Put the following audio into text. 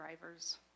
driver's